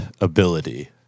ability